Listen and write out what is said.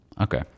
Okay